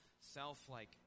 self-like